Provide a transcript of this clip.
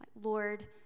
Lord